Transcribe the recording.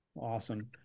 Awesome